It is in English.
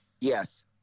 Yes